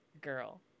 Girl